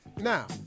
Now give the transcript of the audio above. Now